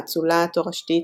האצולה התורשתית,